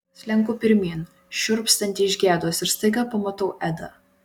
slenku pirmyn šiurpstanti iš gėdos ir staiga pamatau edą